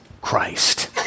Christ